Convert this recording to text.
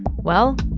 well,